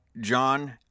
John